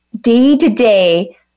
day-to-day